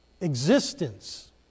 existence